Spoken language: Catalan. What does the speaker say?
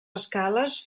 escales